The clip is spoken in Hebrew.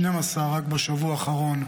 12 רק בשבוע האחרון,